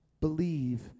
Believe